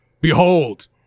behold